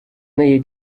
неї